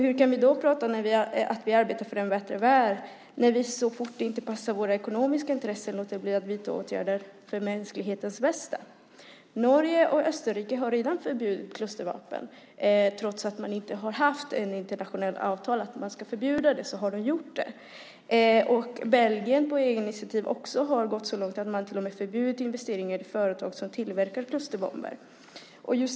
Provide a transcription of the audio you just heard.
Hur kan vi prata om att vi arbetar för en bättre värld när vi så fort det inte passar våra ekonomiska intressen låter bli att vidta åtgärder för mänsklighetens bästa? Norge och Österrike har redan förbjudit klustervapen. Trots att det inte har funnits ett internationellt avtal om att förbjuda dem har de gjort det. Belgien har på eget initiativ gått så långt att man till och med har förbjudit investeringar i företag som tillverkar klusterbomber.